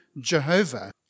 Jehovah